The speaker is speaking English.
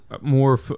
More